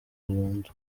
burundu